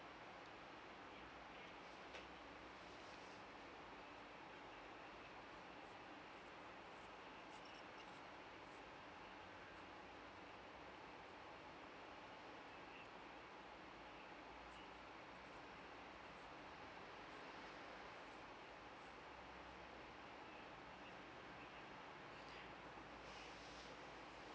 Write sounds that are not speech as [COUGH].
[BREATH]